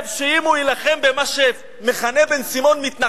בן-סימון חושב שאם הוא יילחם במה שהוא מכנה "מתנחלים",